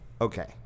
Okay